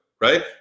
right